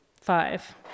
Five